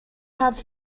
have